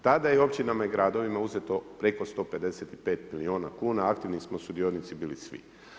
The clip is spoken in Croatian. Tada je općinama i gradovima uzeto preko 155 miliona kuna, aktivni smo sudionici bili svi.